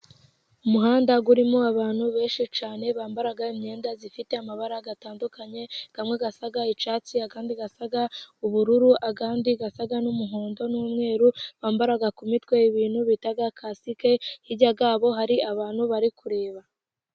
umuhanda urimo abantu benshi cyane bambara imyenda ifite amabara atandukanye umwe usa icyatsi, undi usa ubururu, uwundi usa n'umuhondo n'umweru, bambara ku mitwe ibintu bita kasike, hirya hari abantu bari kureba.